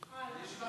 לא.